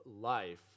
life